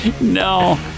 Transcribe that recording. No